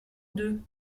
deux